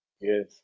Yes